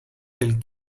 tels